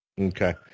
Okay